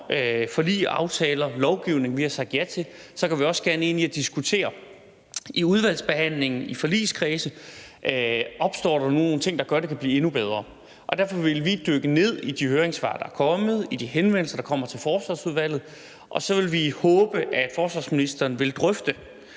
forlig, aftaler og lovgivning, vi har sagt ja til, går vi også gerne her ind i udvalgsbehandlingen og i forligskredsen og diskuterer, om der opstår nogle ting, der gør, at det kan blive endnu bedre. Derfor vil vi dykke ned i de høringssvar, der er kommet, og i de henvendelser, der kommer til Forsvarsudvalget, og så vil vi håbe, at forsvarsministeren vil drøfte